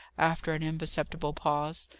after an imperceptible pause.